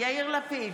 יאיר לפיד,